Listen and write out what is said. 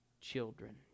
children